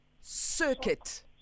Circuit